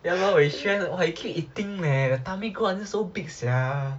ya lor wei xuan !wah! he keep eating leh the tummy grow until so big sia